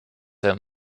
der